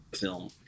film